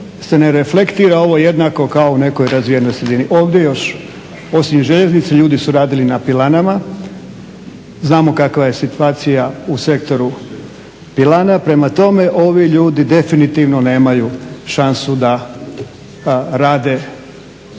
se ne reflektira ovo jednako kao u nekoj razvijenijoj sredini. Ovdje još osim željeznice ljudi su radili i na pilanama. Znamo kakva je situacija u sektoru pilana, prema tome ove ljudi definitivno nemaju šansu da rade i